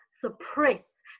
suppress